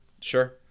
Sure